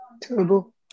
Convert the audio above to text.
Terrible